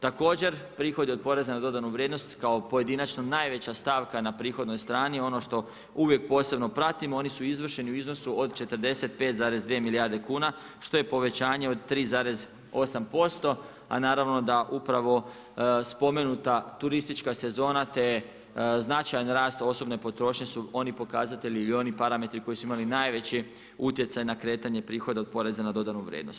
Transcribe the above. Također prihodi od poreza na dodanu vrijednost kao pojedinačno najveća stavka na prihodnoj strani, ono što uvijek posebno pratimo, oni su izvršeni u iznosu od 45,2 milijarde kuna, što je povećanje od 3,8%, a naravno da upravo spomenuta turistička sezona, te značajan rast osobne potrošnje su oni pokazatelji ili oni parametri koji su imali najveći utjecaj na kretanja prihoda od poreza na dodanu vrijednost.